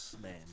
man